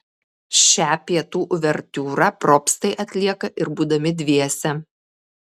šią pietų uvertiūrą probstai atlieka ir būdami dviese